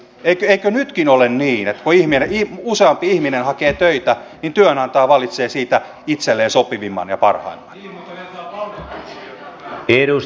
eikö nytkin ole niin että kun useampi ihminen hakee töitä niin työnantaja valitsee siitä itselleen sopivimman ja parhaimman